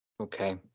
Okay